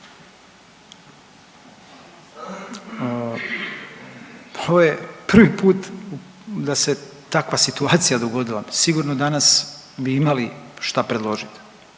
Ovo je prvi put da se takva situacija dogodila. Sigurno danas bi imali šta predložiti